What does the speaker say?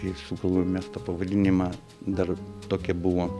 kai sugalvojom mes tą pavadinimą dar tokia buvo